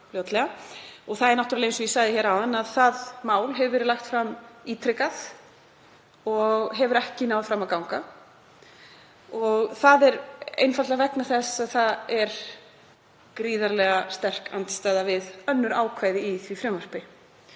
fram fljótlega? Eins og ég sagði hér áðan, hefur það mál verið lagt fram ítrekað og hefur ekki náð fram að ganga. Það er einfaldlega vegna þess að það er gríðarlega sterk andstaða við önnur ákvæði í því frumvarpi